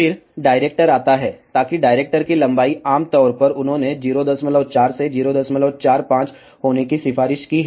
फिर डायरेक्टर आता है ताकि डायरेक्टर की लंबाई आमतौर पर उन्होंने 04 से 045 होने की सिफारिश की है